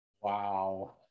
wow